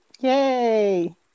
Yay